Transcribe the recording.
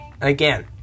Again